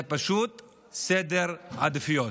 זה פשוט סדר עדיפויות.